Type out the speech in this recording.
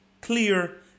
clear